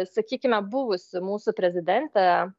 sakykime buvusi mūsų prezidente